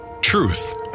truth